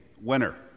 winner